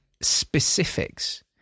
specifics